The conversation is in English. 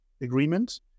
agreement